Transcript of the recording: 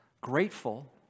grateful